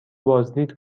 بازدید